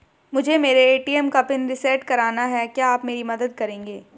मुझे मेरे ए.टी.एम का पिन रीसेट कराना है क्या आप मेरी मदद करेंगे?